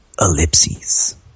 Ellipses